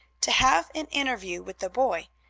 to have an interview with the boy,